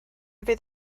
fydd